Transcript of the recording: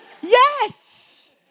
Yes